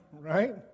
right